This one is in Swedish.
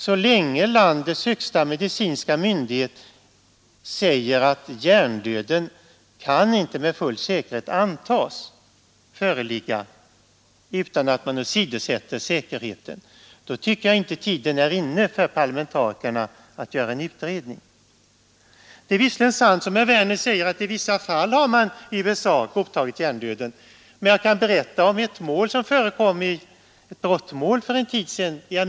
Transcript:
Så länge landets högsta medicinska myndighet framhåller, att man inte utan att åsidosätta säkerheten kan påstå att hjärndöd föreligger, tycker jag nämligen inte tiden är inne för parlamentarikerna att göra en utredning. Det är visserligen sant som herr Werner säger att man i USA i vissa fall har godtagit hjärndöden. Jag kan berätta om ett brottmål som förekom för en tid sedan i USA.